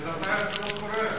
בינתיים זה לא קורה.